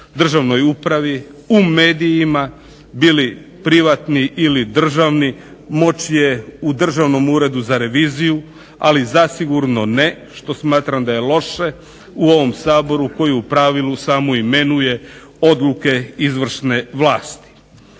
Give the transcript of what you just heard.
u medijima, bili privatni ili državni. Moć je u Državnom uredu za reviziju, ali zasigurno ne što smatram da je loše u ovom Saboru koji u pravilu samo imenuje odluke izvršne vlasti.